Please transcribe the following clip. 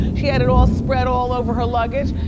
she had it all spread all over her luggage.